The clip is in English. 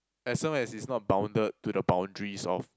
as long as it's not bounded to the boundaries of